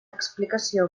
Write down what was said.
explicació